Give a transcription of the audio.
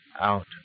out